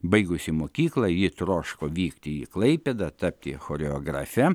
baigusi mokyklą ji troško vykti į klaipėdą tapti choreografe